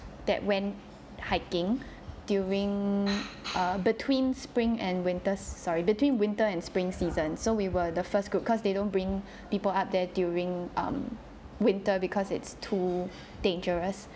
that when hiking during err between spring and winter sorry between winter and spring season so we were the first group cause they don't bring people out there during um winter because it's too dangerous